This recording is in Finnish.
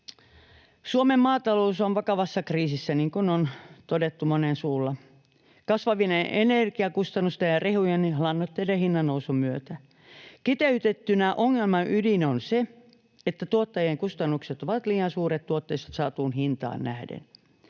Suomen maatalous on vakavassa kriisissä, niin kuin on todettu monen suulla, kasvavien energiakustannusten ja rehujen ja lannoitteiden hinnannousun myötä. Kiteytettynä ongelman ydin on se, että tuottajien kustannukset ovat liian suuret tuotteista saatuun hintaan nähden.